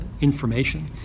information